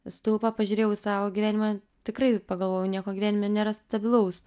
stulpą pažiūrėjau į savo gyvenimą tikrai pagalvojau nieko gyvenime nėra stabilaus